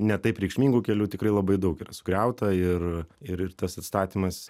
ne taip reikšmingų kelių tikrai labai daug yra sugriauta ir ir ir tas atstatymas